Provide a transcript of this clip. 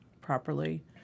properly